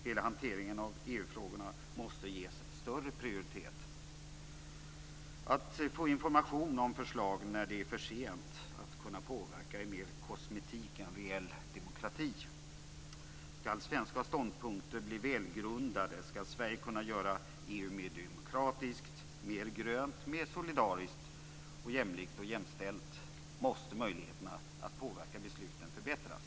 Hela hanteringen av EU frågorna måste ges större prioritet. Att få information om förslag när det är för sent att kunna påverka är mer kosmetik än reell demokrati. Skall svenska ståndpunkter bli välgrundade, skall Sverige kunna göra EU mer demokratiskt, mer grönt, mer solidariskt, jämlikt och jämställt måste möjligheterna att påverka besluten förbättras.